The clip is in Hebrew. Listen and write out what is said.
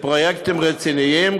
לפרויקטים רציניים,